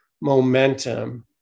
momentum